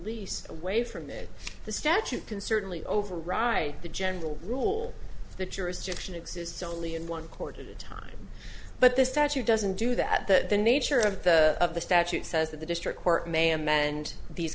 lease away from it the statute can certainly override the general rule the jurisdiction exists only in one quarter of the time but the statute doesn't do that that the nature of the of the statute says that the district court may amend these